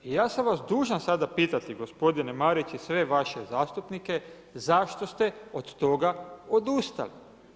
Ja sam vas dužan sada pitati gospodine Marić i sve vaše zastupnike zašto ste od toga odustali?